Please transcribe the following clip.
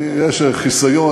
יש חיסיון.